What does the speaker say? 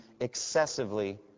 excessively